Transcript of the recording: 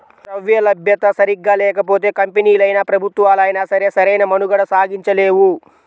ద్రవ్యలభ్యత సరిగ్గా లేకపోతే కంపెనీలైనా, ప్రభుత్వాలైనా సరే సరైన మనుగడ సాగించలేవు